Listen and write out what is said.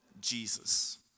Jesus